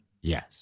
Yes